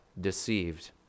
deceived